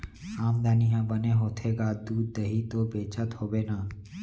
आमदनी ह बने होथे गा, दूद, दही तो बेचत होबे ना?